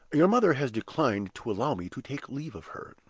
your mother has declined to allow me to take leave of her.